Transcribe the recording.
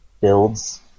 builds